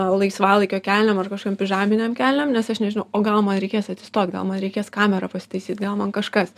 laisvalaikio kelnėm ar kažkokiom pižaminėm kelnėm nes aš nežinau o gal man reikės atsistot gal man reikės kamerą pasitaisyt gal man kažkas